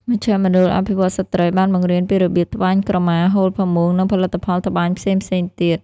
មជ្ឈមណ្ឌលអភិវឌ្ឍន៍ស្ត្រី បានបង្រៀនពីរបៀបត្បាញក្រមា ហូល ផាមួង និងផលិតផលត្បាញផ្សេងៗទៀត។